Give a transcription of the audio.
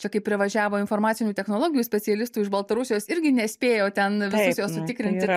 čia kaip privažiavo informacinių technologijų specialistų iš baltarusijos irgi nespėjo ten visus juos sutikrinti